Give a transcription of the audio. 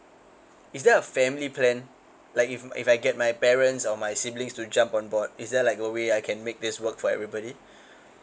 is there a family plan like if if I get my parents or my siblings to jump on board is there like a way I can make this work for everybody